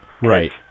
Right